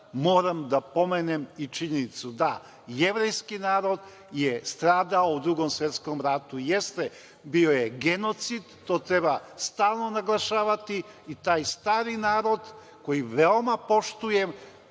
moram da pomenem i činjenicu da jevrejski narod je stradao u Drugom svetskom ratu, jeste bio je genocid, to treba stalno naglašavati i taj stari narod koji veoma poštujem,